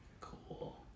Cool